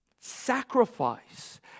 sacrifice